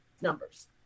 numbers